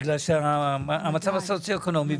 לפי המצב הסוציו אקונומי.